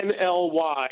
NLY